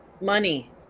Money